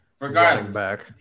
Regardless